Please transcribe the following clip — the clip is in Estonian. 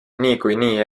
niikuinii